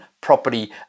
property